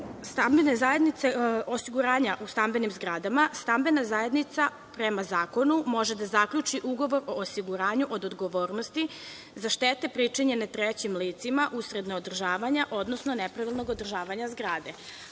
živi. Što se tiče osiguranja u stambenim zgradama, stambena zajednica, prema zakonu, može da zaključi ugovor o osiguranju od odgovornosti za štete pričinjene trećim licima usled neodržavanja, odnosno nepravilnog održavanja zgrade,